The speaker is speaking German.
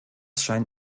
scheint